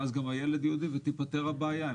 ואז גם הילד יהודי ותיפתר הבעיה,